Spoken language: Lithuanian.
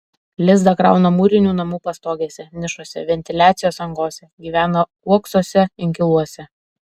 lizdą krauna mūrinių namų pastogėse nišose ventiliacijos angose gyvena uoksuose inkiluose